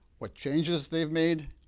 what changes they've made,